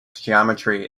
geometry